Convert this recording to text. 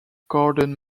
gordon